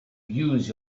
use